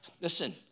Listen